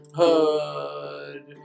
hood